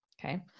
Okay